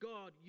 God